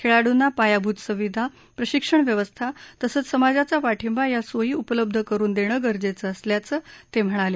खेळांडूना पायाभूत सुविधा प्रशिक्षण व्यवस्था तसंच समाजाचा पाठिंबा या सोयी उपलब्ध करुन देणं गरजेचं असल्याचं ते म्हणाले